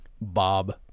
Bob